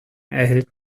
erhält